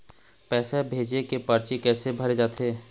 पैसा भेजे के परची कैसे भरे जाथे?